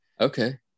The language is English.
Okay